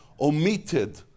omitted